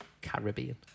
Caribbean